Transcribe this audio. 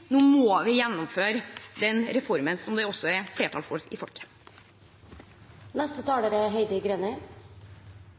nå må vi gjennomføre denne reformen, som det også er flertall for i